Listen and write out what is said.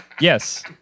Yes